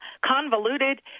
convoluted